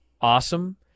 awesome